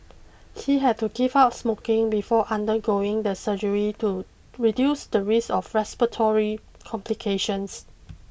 he had to give up smoking before undergoing the surgery to reduce the risk of respiratory complications